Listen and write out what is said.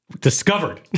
discovered